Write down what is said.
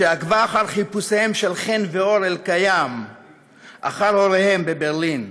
שעקבה אחרי חיפושיהם של חן ואור אלקיים אחר הוריהם בברלין.